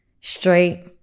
straight